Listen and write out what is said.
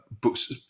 books